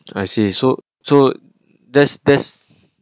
I see so so there's there's